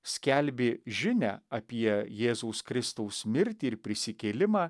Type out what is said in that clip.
skelbė žinią apie jėzaus kristaus mirtį ir prisikėlimą